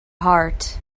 heart